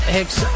Hicks